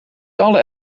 alle